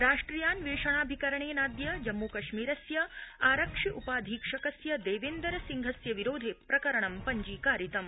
राष्ट्रियान्वेषणाभिकरणेनाद्य जम्मूकश्मीरस्य आरक्षि उपाधीक्षकस्य देवेन्द्ररसिंहस्य विरोधे प्रकरण पञ्जीकारितम्